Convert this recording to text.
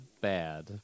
bad